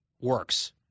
works